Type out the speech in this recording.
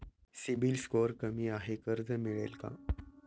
CIBIL score कमी आहे कर्ज मिळेल का?